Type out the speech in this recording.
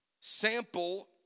sample